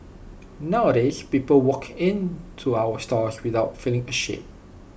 nowadays people walk in to our stores without feeling ashamed